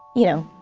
you know,